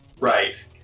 right